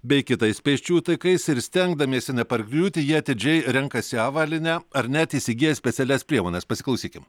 bei kitais pėsčiųjų takais ir stengdamiesi nepargriūti jie atidžiai renkasi avalynę ar net įsigyja specialias priemones pasiklausykim